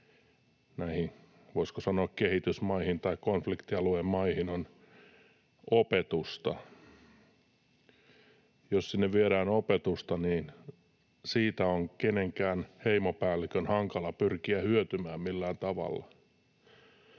näihin, voisiko sanoa, kehitysmaihin tai konfliktialueen maihin, on opetusta. Jos sinne viedään opetusta, niin siitä on kenenkään heimopäällikön hankala pyrkiä hyötymään millään tavalla.